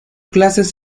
clases